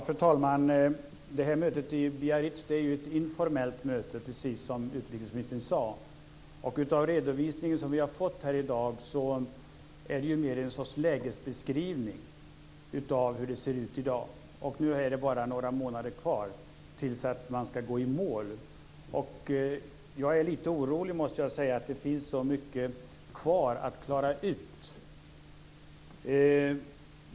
Fru talman! Mötet i Biarritz var ju ett informellt möte, precis som utrikesministern sade. Den redovisning som vi har fått här i dag är mer en sorts lägesbeskrivning av hur det ser ut. Nu är det bara några månader kvar tills man ska gå i mål, och jag är lite orolig över att det finns så mycket kvar att klara ut.